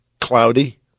cloudy